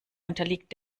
unterliegt